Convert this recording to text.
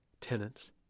tenants